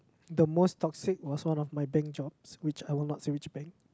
the most toxic was one of my bank jobs which I was not say which bank